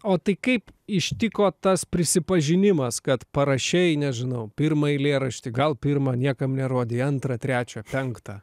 o tai kaip ištiko tas prisipažinimas kad parašei nežinau pirmą eilėraštį gal pirmą niekam nerodei antrą trečią penktą